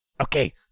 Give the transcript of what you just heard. Okay